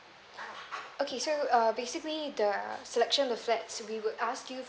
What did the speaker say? okay so uh basically the selection with flat we will ask you